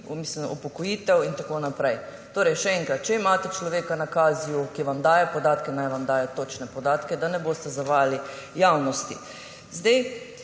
zaradi upokojitev in tako naprej. Še enkrat, če imate človeka na KAZI, ki vam daje podatke, naj vam daje točne podatke, da ne boste zavajali javnosti. Bi